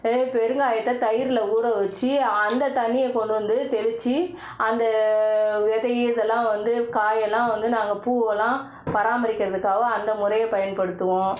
பெருங்காயத்தை தயிரில் ஊற வெச்சி அந்த தண்ணியை கொண்டு வந்து தெளித்து அந்த விதை இதெல்லாம் வந்து காயெல்லாம் வந்து நாங்கள் பூவெல்லாம் பராமரிக்கிறதுக்காக அந்த முறையை பயன்படுத்துவோம்